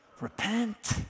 Repent